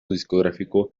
discográfico